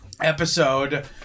episode